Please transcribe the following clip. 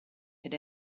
had